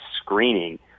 screening